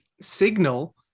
signal